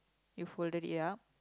you folded it up